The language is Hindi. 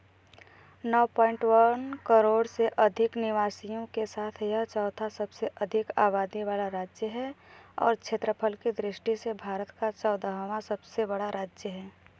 नौ पॉइंट वन करोड़ से अधिक निवासियों के साथ यह चौथा सबसे अधिक आबादी वाला राज्य है और क्षेत्रफल की दृष्टि से भारत का चौदहवाँ सबसे बड़ा राज्य है